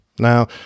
Now